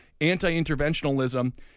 anti-interventionalism